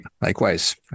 Likewise